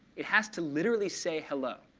it has to literally say hello.